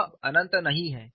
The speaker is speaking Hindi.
यह अब अनंत नहीं है